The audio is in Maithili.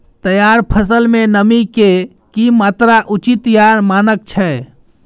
तैयार फसल में नमी के की मात्रा उचित या मानक छै?